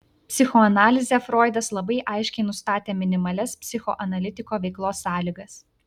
psichoanalize froidas labai aiškiai nustatė minimalias psichoanalitiko veiklos sąlygas